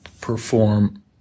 perform